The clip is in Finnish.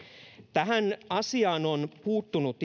tähän asiaan on puuttunut